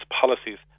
policies